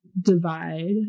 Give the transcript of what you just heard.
divide